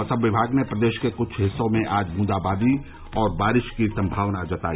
मौसम विभाग ने प्रदेश के क्छ हिस्सों में आज बूंदाबांदी और बारिश की सम्भावना जताई